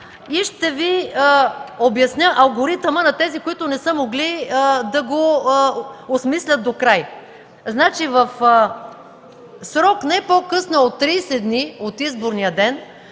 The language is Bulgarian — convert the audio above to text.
и ще ви обясня алгоритъмът на тези, които не са могли да го осмислят докрай. В срок не по-късно от 30 дни от изборния ден